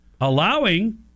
allowing